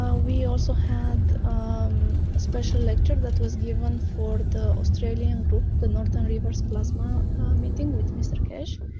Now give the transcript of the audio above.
ah we also had a special lecture that was given for the australian group, the northern rivers plasma meeting with mr. keshe.